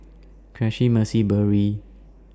Cressie Mercy Berry